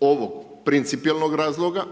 ovog principijelnog razloga